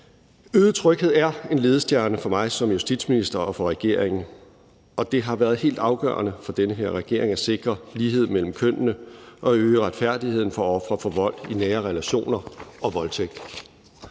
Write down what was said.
Øget tryghed er en ledestjerne for mig som justitsminister og for regeringen, og det har været helt afgørende for den her regering at sikre lighed mellem kønnene og at øge retfærdigheden for ofre for vold i nære relationer og voldtægt.